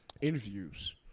interviews